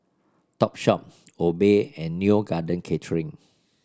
Topshop Obey and Neo Garden Catering